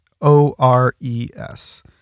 O-R-E-S